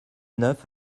neuf